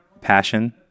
passion